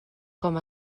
com